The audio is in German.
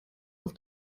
auf